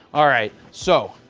all right. so,